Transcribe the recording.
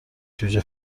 جوجه